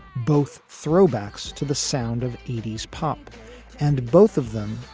both throwbacks to the sound of eighty s pop and both of them.